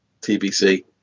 tbc